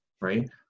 right